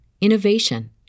innovation